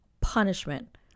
punishment